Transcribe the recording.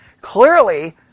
clearly